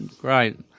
Great